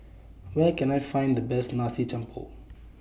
Where Can I Find The Best Nasi Campur